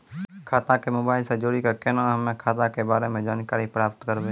खाता के मोबाइल से जोड़ी के केना हम्मय खाता के बारे मे जानकारी प्राप्त करबे?